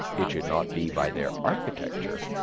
it should not be by their architecture,